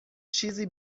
چیزی